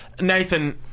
Nathan